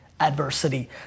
adversity